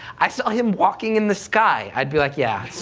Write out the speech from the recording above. i saw him walking in the sky. i'd be like, yeah,